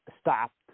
stopped